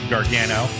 Gargano